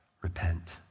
Repent